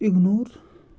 ignore